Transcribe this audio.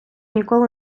ніколи